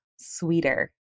sweeter